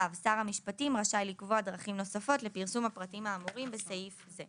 שר המשפטים רשאי לקבוע דרכים נוספות לפרסום הפרטים האמורים בסעיף זה.